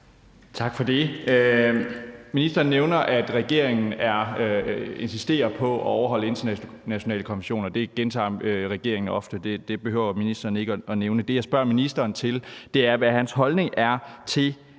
Tak for det. Ministeren nævner, at regeringen insisterer på at overholde internationale konventioner. Det gentager regeringen ofte, det behøver minister ikke at nævne. Det, jeg spørger ministeren om, er, hvad hans holdning er til,